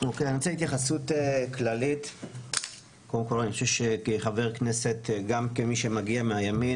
אני חושב שכחבר כנסת וכמי שמגיע מהימין,